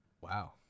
Wow